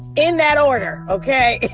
in that order, ok?